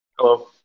Hello